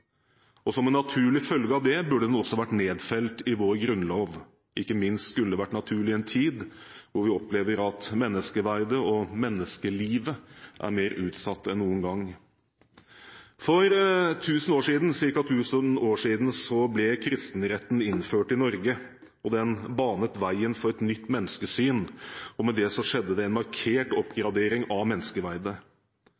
og som en naturlig følge av det burde det også vært nedfelt i vår grunnlov – ikke minst burde dette vært naturlig i en tid da vi opplever at menneskeverdet og menneskelivet er mer utsatt en noen gang. For ca. tusen år siden ble kristenretten innført i Norge. Den banet veien for et nytt menneskesyn, og med det skjedde det er markert